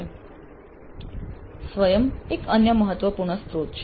સ્વયં એક અન્ય મહત્વપૂર્ણ સ્ત્રોત છે